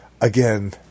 again